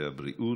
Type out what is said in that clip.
הרווחה והבריאות.